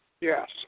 yes